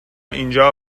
اینجا